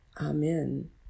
Amen